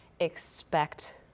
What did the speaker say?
expect